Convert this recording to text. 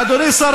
אדוני שר